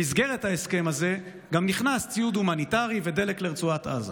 במסגרת ההסכם הזה גם נכנסו ציוד הומניטרי ודלק לרצועת עזה.